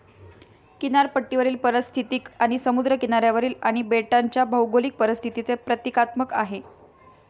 किनारपट्टीवरील पारिस्थितिकी हे समुद्र किनाऱ्यावरील आणि बेटांच्या भौगोलिक परिस्थितीचे प्रतीकात्मक आहे